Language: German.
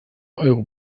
euro